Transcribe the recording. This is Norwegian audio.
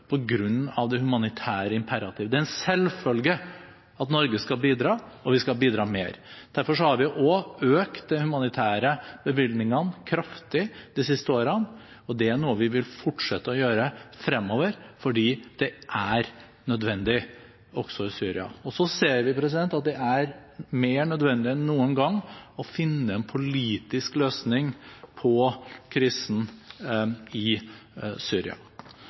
det humanitære imperativ. Det er en selvfølge at Norge skal bidra, og vi skal bidra mer. Derfor har vi også økt de humanitære bevilgningene kraftig de siste årene, og det er noe vi vil fortsette å gjøre fremover, fordi det er nødvendig også i Syria. Vi ser at det er mer nødvendig enn noen gang å finne en politisk løsning på krisen i Syria.